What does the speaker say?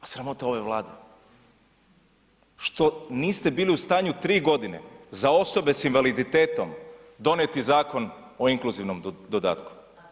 Sramota ove Vlade što niste bili u stanju 3 g. za osobe sa invaliditetom donijet Zakon o inkluzivnom dodatku.